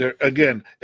Again